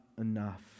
enough